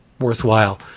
worthwhile